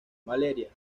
valeria